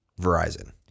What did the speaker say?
Verizon